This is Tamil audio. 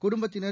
குடும்பத்தினர்